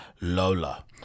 Lola